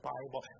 Bible